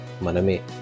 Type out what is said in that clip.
maname